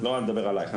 לא מדבר עלייך,